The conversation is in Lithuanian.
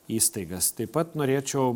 įstaigas taip pat norėčiau